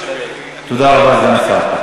תודה רבה, סגן השר.